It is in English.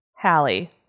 Hallie